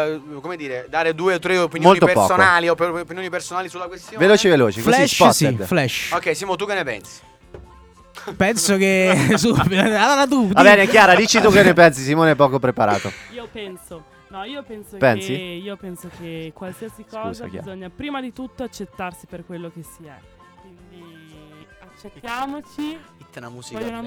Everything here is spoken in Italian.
Eh, come dire, dare due o tre opinioni Molto personali, poco. o per opinioni personali sulla questione? Veloci, veloci, così, Flash, spotted. sì, flash. Ok, Simo, tu che ne pensi? Penso che- su- Allora tu, Va dì. bene, Chiara, dici tu che ne pensi, Simone è poco preparato. Io penso- no, io penso Pensi? che- io penso che qualsiasi Scusa, cosa Chiara. bisogna prima di tutto accettarsi per quello che si è. Quindi accettiamoci. Mette una musica. Voglio una-